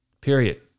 Period